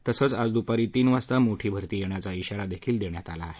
तसंच आज दुपारी तीन वाजता मोठी भरती येण्याचा शिवारादेखील देण्यात आला आहे